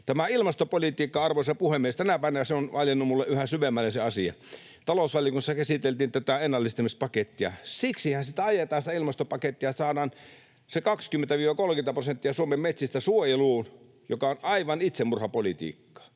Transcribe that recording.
Tämä ilmastopolitiikka, arvoisa puhemies, on tänä päivänä valjennut minulle yhä syvällisemmin. Talousvaliokunnassa käsiteltiin tätä ennallistamispakettia. Siksihän sitä ilmastopakettia ajetaan, että saadaan se 20–30 prosenttia Suomen metsistä suojeluun, mikä on aivan itsemurhapolitiikkaa.